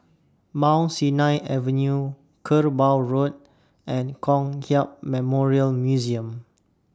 Mount Sinai Avenue Kerbau Road and Kong Hiap Memorial Museum